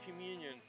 communion